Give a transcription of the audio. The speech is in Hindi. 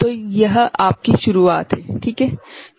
तो यह आपकी शुरुआत है ठीक है